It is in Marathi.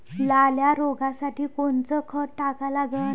लाल्या रोगासाठी कोनचं खत टाका लागन?